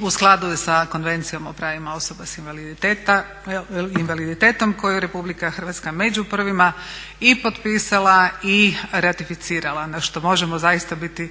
u skladu je sa Konvencijom o pravima osoba s invaliditetom koju je Republika Hrvatska među prvima i potpisala i ratificirala na što možemo zaista biti